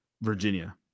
Virginia